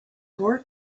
four